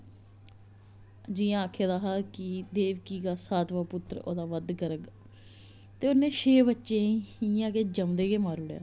जि'यां आखे दा हा कि देवकी का सातवां पुत्तर ओह्दा वध करग ते उ'न्ने छेऽ बच्चें गी इ'यां ज'म्मदे गै मारी ओड़ेआ